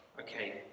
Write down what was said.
okay